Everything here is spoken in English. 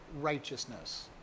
righteousness